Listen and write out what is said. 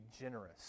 generous